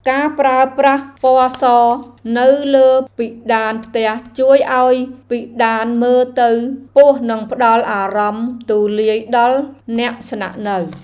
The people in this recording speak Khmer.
ការប្រើប្រាស់ពណ៌សនៅលើពិដានផ្ទះជួយឱ្យពិដានមើលទៅខ្ពស់និងផ្តល់អារម្មណ៍ទូលាយដល់អ្នកស្នាក់នៅ។